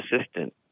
assistant